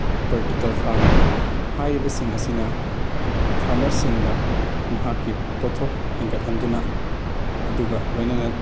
vertical farming ꯍꯥꯏꯔꯤꯕꯁꯤꯡ ꯑꯁꯤꯅ ꯐꯥꯔꯃꯔꯁꯤꯡꯗ ꯃꯍꯥꯛꯀꯤ ꯄꯣꯊꯣꯛ ꯍꯦꯟꯒꯠꯍꯟꯗꯨꯅ ꯑꯗꯨꯒ ꯂꯣꯏꯅꯅ